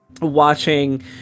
watching